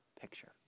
picture